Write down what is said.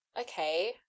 okay